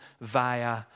via